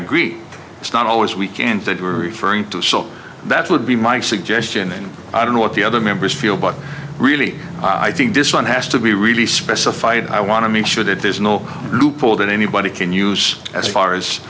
agree it's not always weekends that were referring to so that would be my suggestion and i don't know what the other members feel but really i think this one has to be really specified i want to make sure that there is no loophole that anybody can use as far as